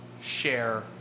share